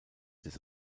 des